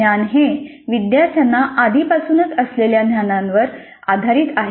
ज्ञान हे विद्यार्थ्यांना आधीपासूनच असलेल्या ज्ञानांवर आधारित आहे